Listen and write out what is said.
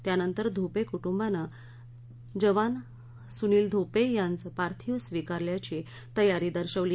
त्यानंतर धोपे कुटुंबाने जवान सुनील धोपे यांचे पार्थिव स्वीकारण्याची तयारी दर्शविली